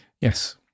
Yes